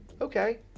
Okay